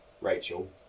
Rachel